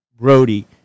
Brody